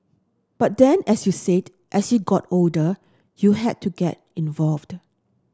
but then as you said as you got older you had to get involved